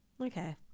Okay